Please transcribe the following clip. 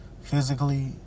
physically